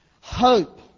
hope